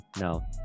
No